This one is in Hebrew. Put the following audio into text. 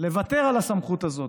לוותר על הסמכות הזאת.